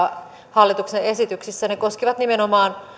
hallituksen esityksissä niin ne koskivat nimenomaan